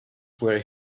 were